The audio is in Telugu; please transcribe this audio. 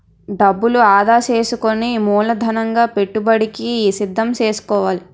డబ్బు ఆదా సేసుకుని మూలధనంగా పెట్టుబడికి సిద్దం సేసుకోవాలి